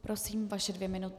Prosím, vaše dvě minuty.